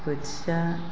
बोथिया